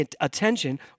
attention